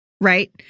Right